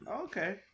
Okay